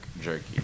jerky